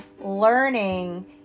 learning